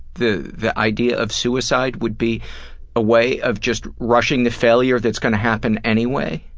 the the idea of suicide would be a way of just rushing the failure that's gonna happen anyway?